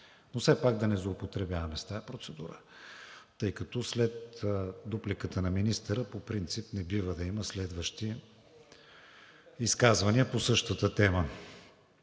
Но все пак да не злоупотребяваме с тази процедура, тъй като след дупликата на министъра по принцип не бива да има следващи изказвания по същата тема.